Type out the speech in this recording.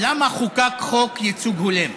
למה חוקק חוק ייצוג הולם?